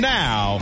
now